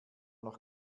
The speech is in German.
noch